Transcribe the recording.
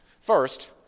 First